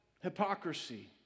hypocrisy